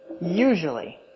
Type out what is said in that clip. Usually